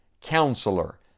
Counselor